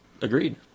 Agreed